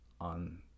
on